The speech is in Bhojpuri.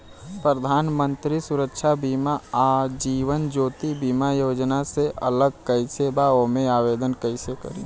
प्रधानमंत्री सुरक्षा बीमा आ जीवन ज्योति बीमा योजना से अलग कईसे बा ओमे आवदेन कईसे करी?